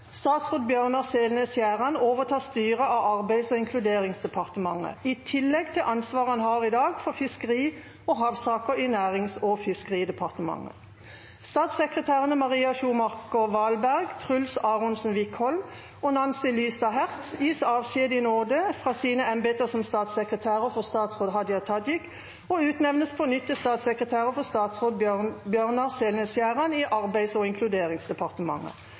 Statsråd Bjørnar Selnes Skjæran overtar styret av Arbeids- og inkluderingsdepartementet, i tillegg til ansvaret han i dag har for fiskeri- og havsaker i Nærings- og fiskeridepartementet. Statssekretærene Maria Schumacher Walberg, Truls Aronsen Wickholm og Nancy Lystad Herz gis avskjed i nåde fra sine embeter som statssekretærer for statsråd Hadia Tajik og utnevnes på nytt til statssekretærer for statsråd Bjørnar Selnes Skjæran i Arbeids- og inkluderingsdepartementet.